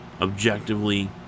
objectively